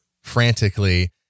frantically